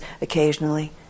occasionally